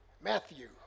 Matthew